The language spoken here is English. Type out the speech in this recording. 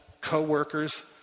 coworkers